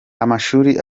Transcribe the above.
amashuri